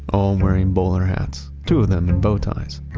all wearing bowler hats, two of them in bow ties.